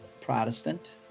Protestant